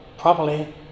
properly